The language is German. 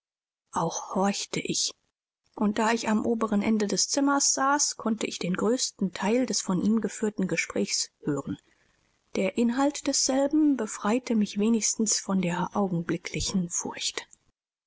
auch horchte ich und da ich am oberen ende des zimmers saß konnte ich den größten teil des von ihm geführten gesprächs hören der inhalt desselben befreite mich wenigstens von der augenblicklichen furcht